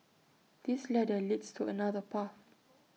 this ladder leads to another path